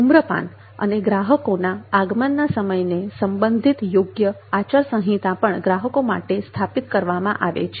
ધુમ્રપાન અને ગ્રાહકોના આગમનના સમયને સંબંધિત યોગ્ય આચાર સહિતા પણ ગ્રાહકો માટે સ્થાપિત કરવામાં આવી છે